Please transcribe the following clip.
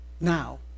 now